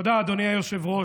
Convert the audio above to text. תודה, אדוני היושב-ראש.